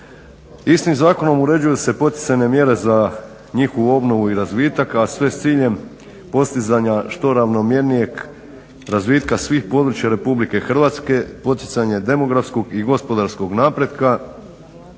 Istim zakonom uređuju se poticajne mjere za njihovu obnovu i razvitak a sve s ciljem postizanja što ravnomjernijeg razvitka svih područja RH, poticanje demografskog i gospodarskog napretka,